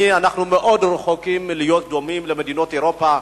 אנחנו רחוקים מאוד מלהיות דומים למדינות אירופה,